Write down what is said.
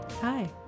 Hi